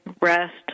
rest